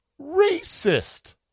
racist